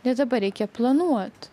nes dabar reikia planuot